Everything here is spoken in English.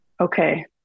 Okay